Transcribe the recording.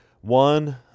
one